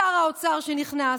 שר האוצר שנכנס,